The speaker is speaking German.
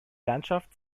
landschaft